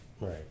right